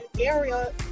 area